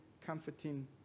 comforting